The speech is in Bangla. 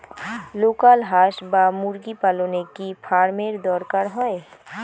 লোকাল হাস বা মুরগি পালনে কি ফার্ম এর দরকার হয়?